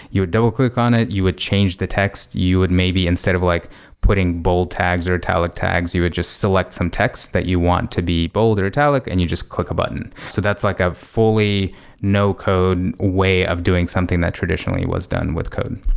you would double-click on it. you would change the text. you you would maybe instead of like putting bold tags or italic tag, you would just select some text that you want to be bold or italic and you just click a button. so that's like of fully no code way of doing something that traditionally was done with code.